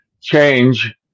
change